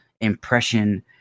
impression